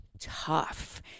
tough